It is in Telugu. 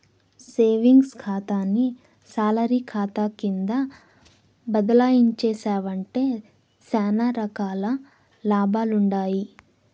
సేవింగ్స్ కాతాని సాలరీ కాతా కింద బదలాయించేశావంటే సానా రకాల లాభాలుండాయి